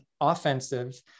offensive